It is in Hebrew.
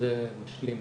שזה משלים.